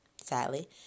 sadly